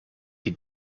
die